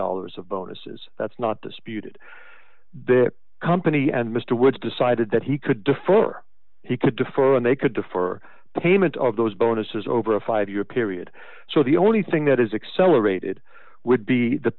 dollars of bonuses that's not disputed that company and mr woods decided that he could defer he could default and they could do for payment of those bonuses over a five year period so the only thing that is accelerated would be the